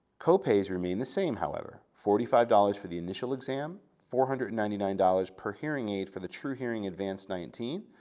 copays remain the same, however, forty five dollars for the initial exam, four hundred and ninety nine dollars per hearing aid for the truhearing advanced nineteen,